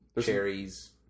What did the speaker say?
Cherries